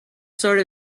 sort